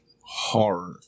horror